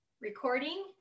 recording